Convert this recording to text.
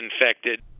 infected